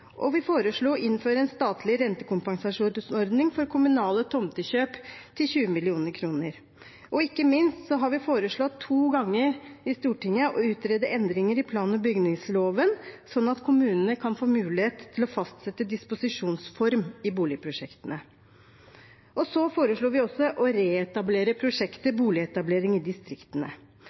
20 mill. kr. Ikke minst har vi foreslått to ganger i Stortinget å utrede endringer i plan- og bygningsloven sånn at kommunene kan få mulighet til å fastsette disposisjonsform i boligprosjektene. Vi foreslår også å reetablere prosjektet Boligetablering i distriktene.